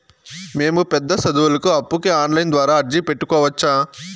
మేము పెద్ద సదువులకు అప్పుకి ఆన్లైన్ ద్వారా అర్జీ పెట్టుకోవచ్చా?